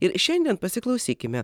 ir šiandien pasiklausykime